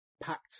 packed